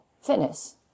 fitness